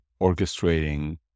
orchestrating